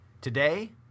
Today